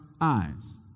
eyes